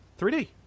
3D